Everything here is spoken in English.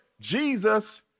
Jesus